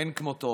מאין כמותו